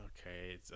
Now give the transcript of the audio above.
okay